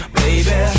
baby